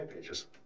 pages